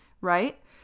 right